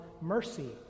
mercy